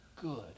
good